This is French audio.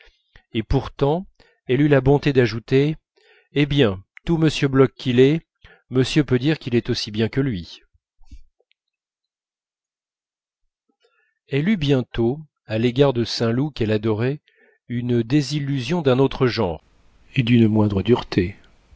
et pourtant elle eut la bonté d'ajouter hé bien tout m bloch qu'il est monsieur peut dire qu'il est aussi bien que lui elle eut bientôt à l'égard de saint loup qu'elle adorait une désillusion d'un autre genre et d'une moindre dureté